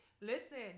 listen